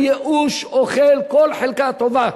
הייאוש אוכל כל חלקה טובה.